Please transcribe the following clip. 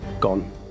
gone